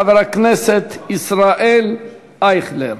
חבר הכנסת ישראל אייכלר.